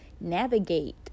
navigate